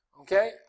Okay